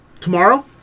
tomorrow